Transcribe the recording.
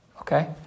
okay